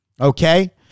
Okay